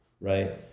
Right